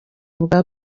bwa